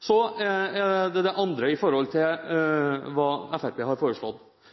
Så en annen ting i forhold til